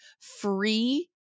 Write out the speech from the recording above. free